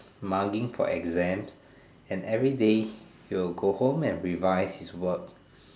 mugging for exams and everyday he will go home and revise his work